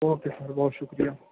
okay sir بہت شکریہ